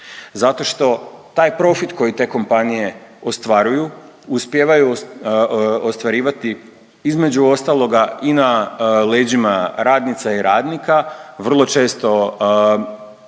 Zato što taj profit koji te kompanije ostvaruju uspijevaju ostvarivati između ostaloga i na leđima radnica i radnika, vrlo često u